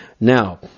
Now